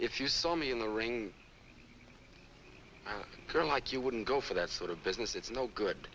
if you saw me in the ring girl like you wouldn't go for that sort of business it's no good